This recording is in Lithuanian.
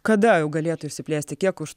kada jau galėtų išsiplėsti tiek už